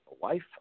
wife